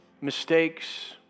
mistakes